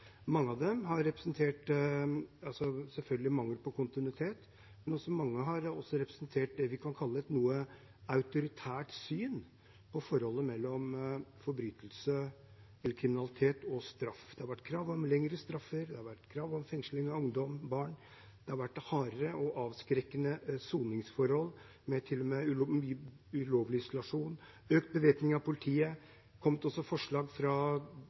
har representert – selvfølgelig – en mangel på kontinuitet, og mange har hatt det vi kan kalle et noe autoritært syn på forholdet mellom kriminalitet og straff. Det har vært krav om lengre straffer, det har vært krav om fengsling av ungdom, av barn, og det har vært hardere og mer avskrekkende soningsforhold, til og med med ulovlig isolasjon, og økt bevæpning av politiet. Det har også kommet forslag fra